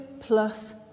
plus